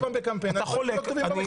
פעם בקמפיין על מה שלא כתוב במכתב.